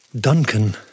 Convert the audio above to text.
Duncan